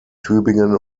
tübingen